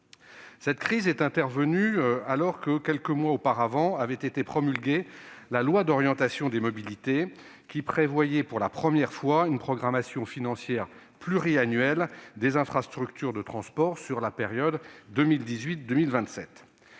Cette crise est intervenue alors que, quelques mois auparavant, avait été promulguée la loi du 24 décembre 2019 d'orientation des mobilités (LOM), laquelle prévoyait, pour la première fois, une programmation financière pluriannuelle des infrastructures de transports, portant sur la période 2018-2027.